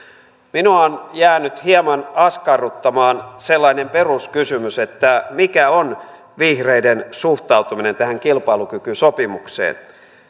minua on jäänyt hieman askarruttamaan sellainen peruskysymys että mikä on vihreiden suhtautuminen tähän kilpailukykysopimukseen